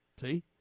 See